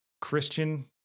Christian